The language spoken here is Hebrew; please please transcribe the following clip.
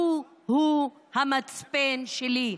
הוא-הוא המצפן שלי.